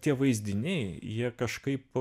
tie vaizdiniai jie kažkaip